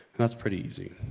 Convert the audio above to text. that's pretty easy.